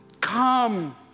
Come